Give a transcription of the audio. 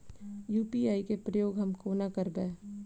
UPI केँ प्रयोग हम कोना करबे?